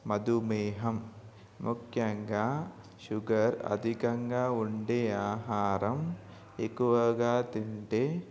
మధుమేహం ముఖ్యంగా షుగర్ అధికంగా ఉండే ఆహారం ఎక్కువగా తింటే